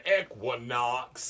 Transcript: equinox